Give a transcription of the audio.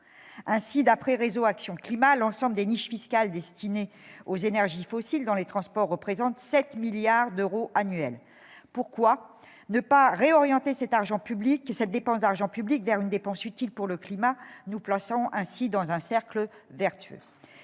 Ainsi, d'après Réseau action climat, l'ensemble des niches fiscales destinées aux énergies fossiles dans les transports représente 7 milliards d'euros annuels. Pourquoi ne pas réorienter cette dépense d'argent public vers une dépense utile pour le climat, nous plaçant ainsi dans un cercle vertueux ?